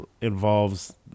involves